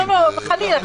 חלילה.